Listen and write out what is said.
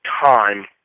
time